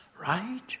right